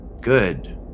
good